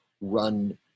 run